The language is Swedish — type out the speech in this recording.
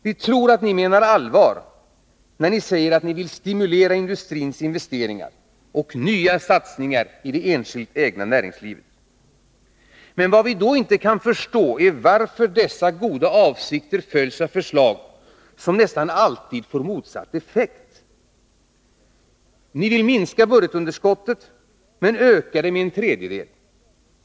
Vi tror att ni menar allvar när ni säger att ni vill stimulera industrins investeringar och nya satsningar i det enskilt ägda näringslivet. Men vad vi då inte kan förstå är varför dessa goda avsikter följs av förslag som nästan alltid får motsatt effekt. Ni vill minska budgetunderskottet men ökar det med en tredjedel.